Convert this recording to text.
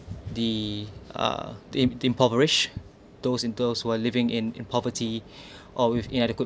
the uh the impoverished those in those who are living in in poverty or with inadequate